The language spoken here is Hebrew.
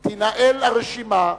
תינעל הרשימה.